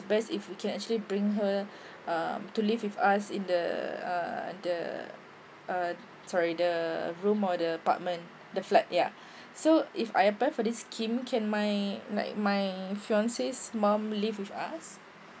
best if we can actually bring her um to live with us in the uh the uh sorry the room or the apartment the flat yeah so if I apply for this scheme can my like my fiance's mom live with us